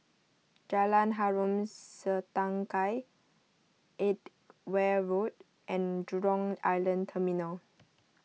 Jalan Harom Setangkai Edgware Road and Jurong Island Terminal